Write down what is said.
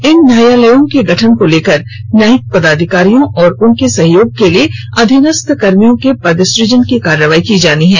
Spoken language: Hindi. इन न्यायालयों के गठन को लेकर न्यायिक पदाधिकारियों एवं उनके सहयोग के लिए अधीनस्थ कर्मियों के पदसुजन की कार्रवाई की जानी है